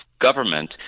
government